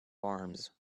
arms